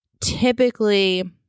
typically